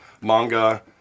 manga